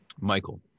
Michael